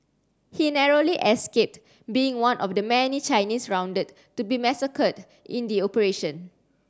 he narrowly escaped being one of the many Chinese rounded to be massacred in the operation